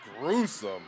gruesome